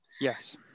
Yes